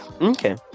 Okay